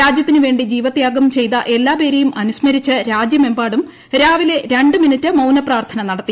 രാജ്യത്തിനു വേണ്ടി ജീവത്യാഗം ചെയ്ത എല്ലാപേരെയും അനുസ്മരിച്ച് രാജ്യമെമ്പാടും രാവിലെ രണ്ട് മിനിറ്റ് മൌനപ്രാർത്ഥന നടത്തി